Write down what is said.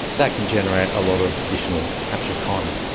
that can generate a lot of additional captured carbon.